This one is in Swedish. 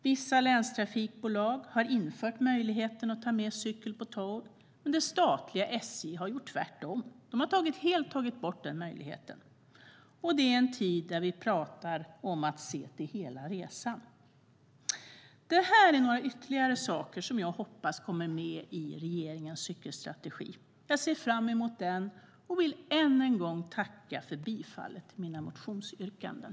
Vissa länstrafikbolag har infört möjligheten att ta med cykeln på tåg. Men det statliga SJ har gjort tvärtom. De har helt tagit bort den möjligheten, och detta i en tid då vi talar om att se till hela resan. Detta är några ytterligare saker som jag hoppas kommer med i regeringens cykelstrategi. Jag ser fram emot den och vill än en gång tacka för bifallet till mina motionsyrkanden.